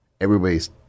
everybody's